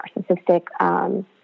narcissistic